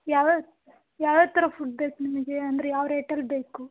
ಯಾವ್ಯಾವ ಯಾವ್ಯಾವ ಯಾವ್ಯಾವ ಥರ ಫುಡ್ ಬೇಕು ನಿಮಗೆ ಅಂದರೆ ಯಾವ ರೇಟಲ್ಲಿ ಬೇಕು